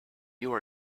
your